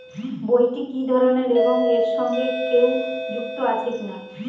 বইটি কি ধরনের এবং এর সঙ্গে কেউ যুক্ত আছে কিনা?